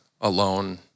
alone